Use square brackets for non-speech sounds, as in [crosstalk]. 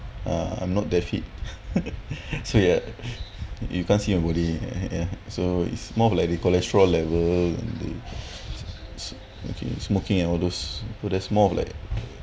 uh I'm not that fit [laughs] so ya you can't see my body yeah yeah yeah so it's more of like the cholesterol level and the okay smoking and all those so that's more of like